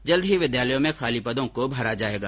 जल्द ही विद्यालयों में खाली पदों को भरा जायेगा